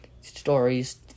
Stories